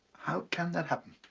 how can that happen?